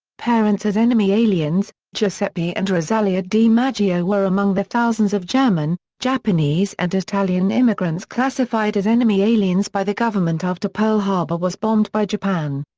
parents as enemy aliens giuseppe and rosalia dimaggio were among the thousands of german, japanese and italian immigrants classified as enemy aliens by the government after pearl harbor was bombed by japan.